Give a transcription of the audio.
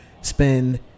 spend